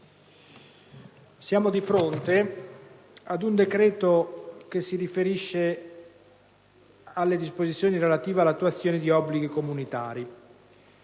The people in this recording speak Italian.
siamo di fronte a un decreto‑legge che si riferisce alle disposizioni relative all'attuazione di obblighi comunitari.